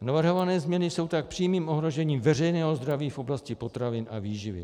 Navrhované změny jsou tak přímým ohrožením veřejného zdraví v oblasti potravin a výživy.